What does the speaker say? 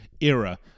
era